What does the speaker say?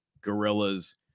gorillas